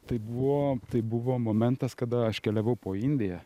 tai buvo tai buvo momentas kada aš keliavau po indiją